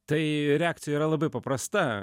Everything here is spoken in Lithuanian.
tai reakcija yra labai paprasta